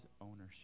ownership